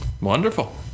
Wonderful